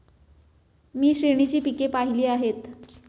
मी श्रेणीची पिके पाहिली आहेत